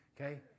okay